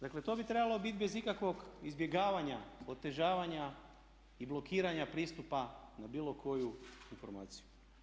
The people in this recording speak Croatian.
Dakle, to bi trebalo bit bez ikakvog izbjegavanja, otežavanja i blokiranja pristupa na bilo koju informaciju.